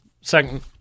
second